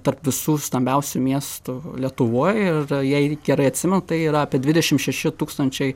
tarp visų stambiausių miestų lietuvoj ir jei gerai atsimenu tai yra apie dvidešim šeši tūkstančiai